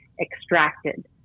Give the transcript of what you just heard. extracted